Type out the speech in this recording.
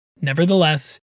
nevertheless